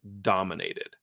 Dominated